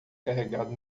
carregado